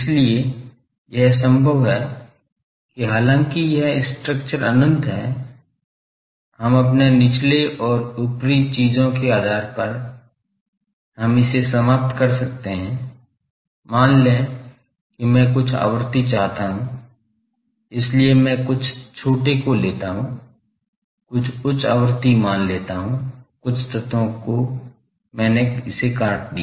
इसलिए यह संभव है कि हालांकि यह स्ट्रक्चर अनंत है हम अपने निचले और ऊपरी चीजों के आधार पर हम इसे समाप्त कर सकते हैं मान लें कि मैं कुछ आवृत्ति चाहता हूं इसलिए मैं कुछ छोटे को लेता हूं कुछ उच्च आवृत्ति मान लेता हूं कुछ तत्व तो मैंने इसे काट दिया